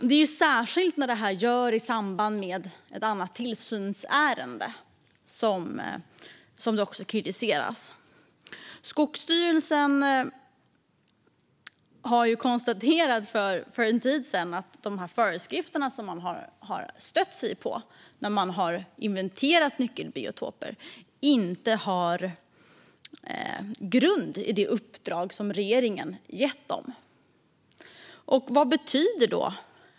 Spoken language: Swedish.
Det är särskilt när detta görs i samband med ett annat tillsynsärende som det också kritiseras. Skogsstyrelsen har för en tid sedan konstaterat att de föreskrifter som man har stött sig på när man har inventerat nyckelbiotoper inte har grund i det uppdrag som regeringen har gett Skogsstyrelsen.